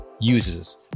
uses